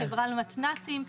החברה למתנ"סים,